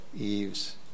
Eve's